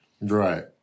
Right